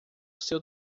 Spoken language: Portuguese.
seu